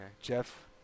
Jeff